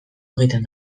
egiten